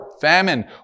famine